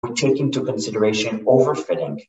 We take into consideration overfitting